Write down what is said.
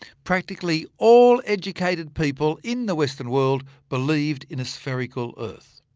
practically all educated people in the western world believed in a spherical earth.